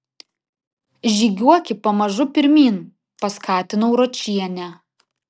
žygiuoki pamažu pirmyn paskatinau ročienę